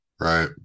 Right